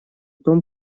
том